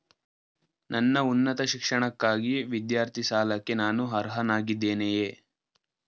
ನನ್ನ ಉನ್ನತ ಶಿಕ್ಷಣಕ್ಕಾಗಿ ವಿದ್ಯಾರ್ಥಿ ಸಾಲಕ್ಕೆ ನಾನು ಅರ್ಹನಾಗಿದ್ದೇನೆಯೇ?